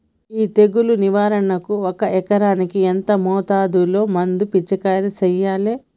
ఈ తెగులు నివారణకు ఒక ఎకరానికి ఎంత మోతాదులో మందు పిచికారీ చెయ్యాలే?